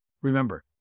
Remember